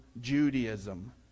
Judaism